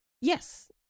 Yes